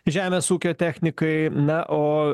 žemės ūkio technikai na o